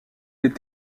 les